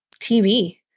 TV